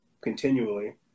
continually